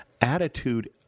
attitude